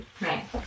Right